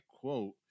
quote